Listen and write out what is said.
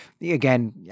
again